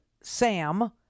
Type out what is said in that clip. Sam